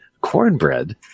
cornbread